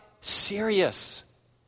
serious